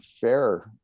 fair